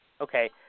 Okay